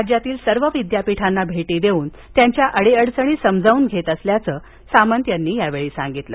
राज्यातील सर्व विद्यापीठाना भेटी देऊन अडीअडचणी समाजाऊन घेत असल्याचं सामंत यांनी सांगितलं